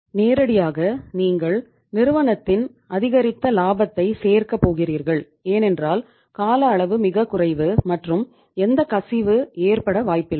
நேரடியாக நீங்கள் நிறுவனத்தின் அதிகரித்த இலாபத்தை சேர்க்கப் போகிறீர்கள் ஏனென்றால் கால அளவு மிகக் குறைவு மற்றும் எந்த கசிவு ஏற்பட வாய்ப்பில்லை